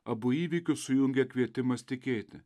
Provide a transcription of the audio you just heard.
abu įvykius sujungia kvietimas tikėti